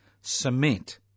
cement